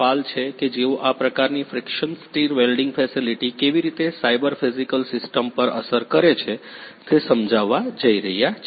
પાલ છે કે જેઓ આ પ્રકારની ફ્રિકશન સ્ટિર વેલ્ડિંગ ફેસીલીટી કેવી રીતે સાઇબર ફિજિકલ સિસ્ટમ પર અસર કરે છે તે સમજાવવા જઇ રહ્યા છે